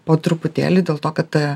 po truputėlį dėl to kad